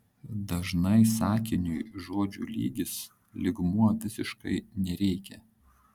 dažnai sakiniui žodžių lygis lygmuo visiškai nereikia